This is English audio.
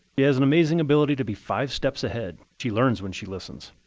she has an amazing ability to be five steps ahead. she learns when she listens.